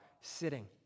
sitting